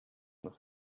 noch